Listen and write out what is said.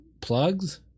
plugs